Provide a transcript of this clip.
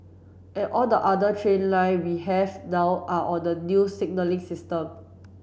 and all the other train line we have now are on the new signalling system